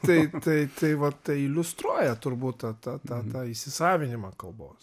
tai tai tai va tai iliustruoja turbūt tą tą tą tą įsisavinimą kalbos